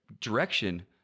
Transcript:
direction